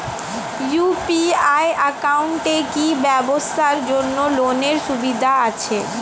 UPI একাউন্টে কি ব্যবসার জন্য লোনের সুবিধা আছে?